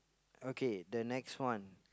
okay the next one